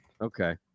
Okay